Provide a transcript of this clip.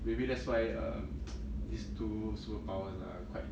maybe that's why um these two superpowers are quite